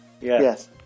Yes